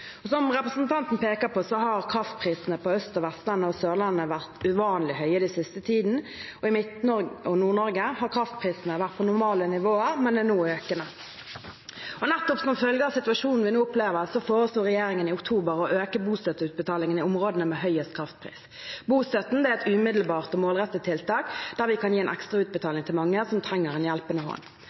Som representanten peker på, har kraftprisene på Østlandet, Vestlandet og Sørlandet vært uvanlig høye den siste tiden. I Midt-Norge og Nord-Norge har kraftprisene vært på normale nivåer, men er nå økende. Nettopp som følge av situasjonen vi nå opplever, foreslo regjeringen i oktober å øke bostøtteutbetalingene i områdene med høyest kraftpris. Bostøtten er et umiddelbart og målrettet tiltak, der vi kan gi en ekstra utbetaling til mange som trenger en hjelpende hånd.